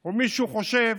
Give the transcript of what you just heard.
או מישהו חושב